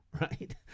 right